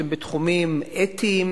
שהם בתחומים אתיים,